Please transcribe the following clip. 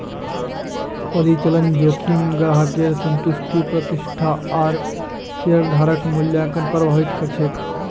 परिचालन जोखिम ग्राहकेर संतुष्टि प्रतिष्ठा आर शेयरधारक मूल्यक प्रभावित कर छेक